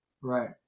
Right